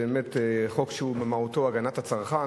זה באמת חוק שהוא במהותו הגנת הצרכן,